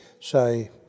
Say